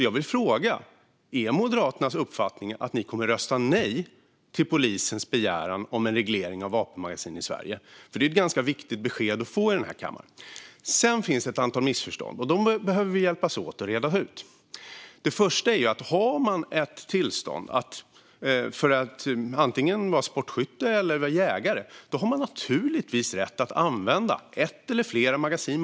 Jag vill fråga: Är det Moderaternas avsikt att rösta nej till polisens begäran om en reglering av vapenmagasin i Sverige? Det är ju ett ganska viktigt besked för den här kammaren. Sedan finns det ett antal missförstånd, och dem behöver vi hjälpas åt att reda ut. Det första är att om man har ett tillstånd att vara sportskytt eller jägare har man naturligtvis rätt att använda ett eller flera magasin.